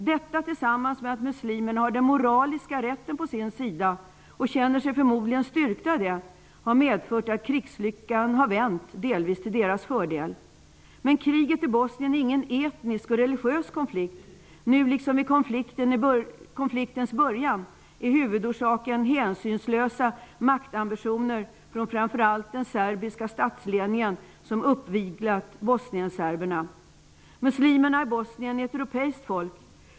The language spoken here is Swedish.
Detta tillsammans med det faktum att muslimerna har den moraliska rätten på sin sida och förmodligen känner sig styrkta i det har medfört att krigslyckan har vänt -- delvis till deras fördel. Men kriget i Bosnien är ingen etnisk och religiös konflikt. Nu, liksom vid konfliktens början, är huvudorsaken hänsynslösa maktambitioner från framför allt den serbiska statsledningen som uppviglat bosnienserberna. Muslimerna i Bosnien är ett europeiskt folk.